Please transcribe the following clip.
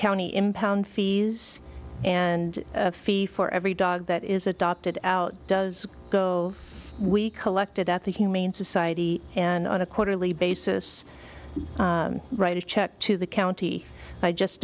county impound fees and fee for every dog that is adopted out does go we collected at the humane society and on a quarterly basis write a check to the county i just